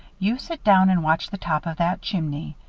you sit down and watch the top of that chimney.